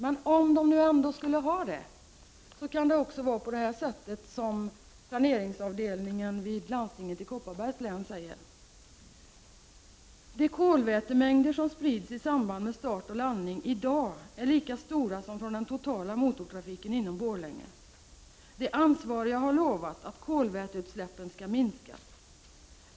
Men om de ändå skulle ha den kan det ändå vara så som planeringsavdelningen vid landstinget i Kopparbergs län säger: De kolvätemängder som sprids i samband med start och landning i dag är lika stora som från den totala motortrafiken inom Borlänge. De ansvariga har lovat att kolväteutsläppen skall minskas.